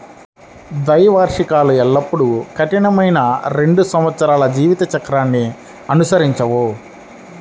ద్వైవార్షికాలు ఎల్లప్పుడూ కఠినమైన రెండు సంవత్సరాల జీవిత చక్రాన్ని అనుసరించవు